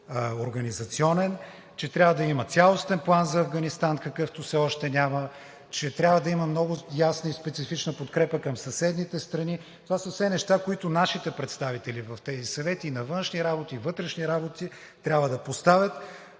организационен, че трябва да има цялостен план за Афганистан, какъвто все още няма, че трябва да има много ясна и специфична подкрепа към съседните страни. Това са все неща, които нашите представители в тези съвети – и на външни работи, и на вътрешни работи, трябва да поставят.